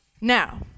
Now